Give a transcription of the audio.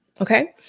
okay